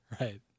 Right